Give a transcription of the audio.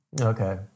Okay